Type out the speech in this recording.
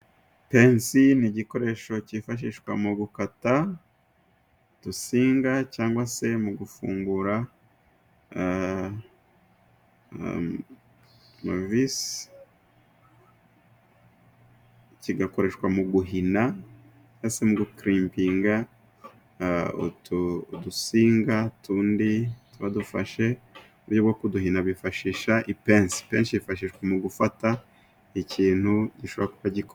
Ipense ni igikoresho cyifashishwa mu gukata udusinga cyangwa se mu gufungura amavise kigakoreshwa mu guhina cyangwa se mu gukiripinga udusinga twatundi tuba dufashe mu buryobwo kuduhina bifashisha ipence. Ipense yifashishwa mu gufata ikintu gishobora kuba gikora.